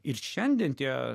ir šiandien tie